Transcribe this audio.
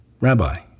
Rabbi